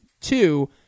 two